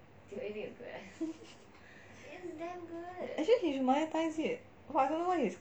actually he should monetise it but I don't know why he is